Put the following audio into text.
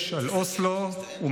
הילדים שלנו שם.